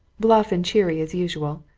bluff and cheery as usual,